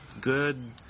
good